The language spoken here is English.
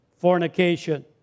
fornication